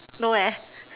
no eh